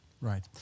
Right